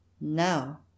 Now